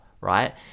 right